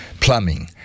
plumbing